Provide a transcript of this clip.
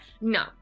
no